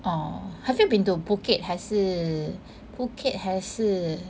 orh have you been to Phuket 还是 Phuket 还是